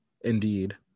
Indeed